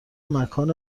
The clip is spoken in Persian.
مکان